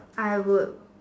I would